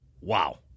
Wow